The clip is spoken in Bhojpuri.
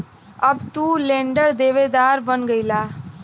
अब तू लेंडर देवेदार बन गईला